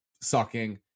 sucking